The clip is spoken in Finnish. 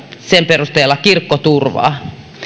sen perusteella kirkkoturvaa